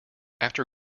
after